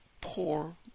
Poor